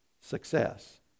success